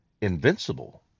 invincible